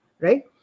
Right